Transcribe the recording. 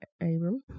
Abram